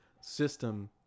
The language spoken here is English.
system